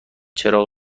چراغ